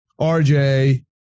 RJ